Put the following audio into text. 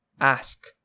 ask